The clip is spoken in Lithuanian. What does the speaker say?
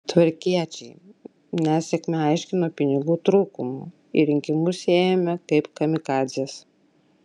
tvarkiečiai nesėkmę aiškino pinigų trūkumu į rinkimus ėjome kaip kamikadzės